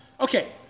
Okay